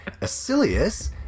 Asilius